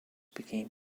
became